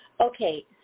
okay